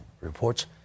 reports